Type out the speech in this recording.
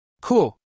Cool